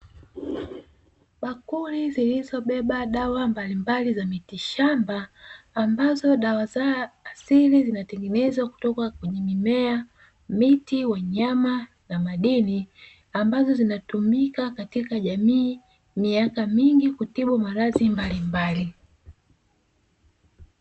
Bakuli zilizobeba dawa mbalimbali za miti shamba ambazo dawa za asili zinatengenezwa kutoka kwenye mimea, miti, wanyama na madini; ambazo zinatumika katika jamii miaka mingi kutibu maradhi mbalimbali.